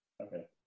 Okay